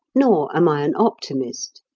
nor am i an optimist.